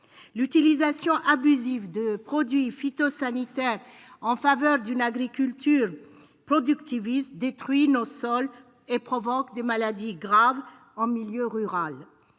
L'utilisation abusive de produits phytosanitaires en faveur d'une agriculture productiviste détruit nos sols et provoque des maladies graves en milieu rural.